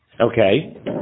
Okay